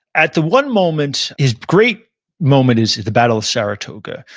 at the one moment, his great moment is the battle of saratoga,